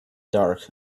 dark